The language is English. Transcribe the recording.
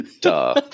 Duh